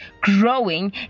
growing